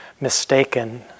mistaken